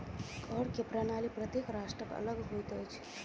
कर के प्रणाली प्रत्येक राष्ट्रक अलग होइत अछि